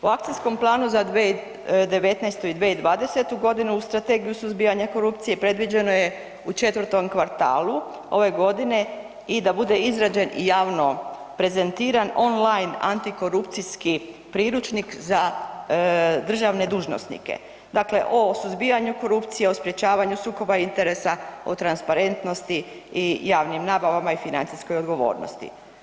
U Akcijskom planu za 2019.-2020. u Strategiji suzbijanja korupcije predviđeno je u 4. kvartalu ove godine i da bude izrađen i javno prezentiran online antikorupcijski priručnik za državne dužnosnike o suzbijanju korupcije, o sprečavanju sukoba interesa, o transparentnosti i javnim nabavama i financijskoj odgovornosti.